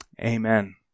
Amen